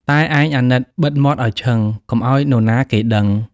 តែឯងអាណិតបិទមាត់ឱ្យឈឹង កុំឱ្យនរណាគេដឹង